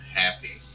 happy